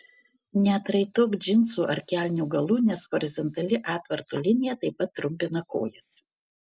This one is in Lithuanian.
neatraitok džinsų ar kelnių galų nes horizontali atvarto linija taip pat trumpina kojas